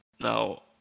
now